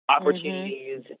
opportunities